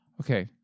Okay